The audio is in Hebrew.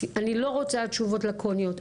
אני לא רוצה תשובות לקוניות,